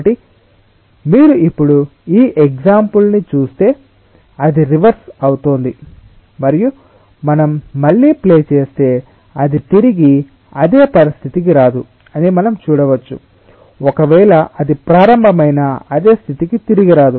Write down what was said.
కాబట్టి మీరు ఇప్పుడు ఈ ఎగ్సాంపుల్ ని చూస్తే అది రివర్స్ అవుతోంది మరియు మనం మళ్ళీ ప్లే చేస్తే అది తిరిగి అదే పరిస్థితికి రాదు అని మనం చూడవచ్చు ఒక వేళా అది ప్రారంభమైన అదే స్థితికి తిరిగి రాదు